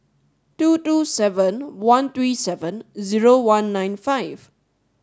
two two seven one three seven zero one nine five